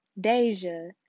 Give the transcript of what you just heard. Deja